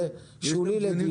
שולי,